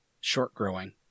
short-growing